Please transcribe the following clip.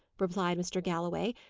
replied mr. galloway,